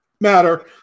matter